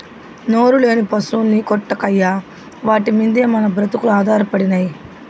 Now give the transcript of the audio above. నోరులేని పశుల్ని కొట్టకయ్యా వాటి మిందే మన బ్రతుకులు ఆధారపడినై